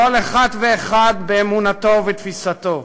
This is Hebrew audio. כל אחת ואחד באמונתו ובתפיסתו,